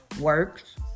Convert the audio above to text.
works